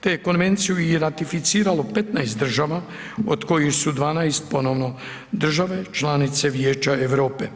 te je konvenciju i ratificiralo 15 država od kojih su 12 ponovno države članice Vijeća Europe.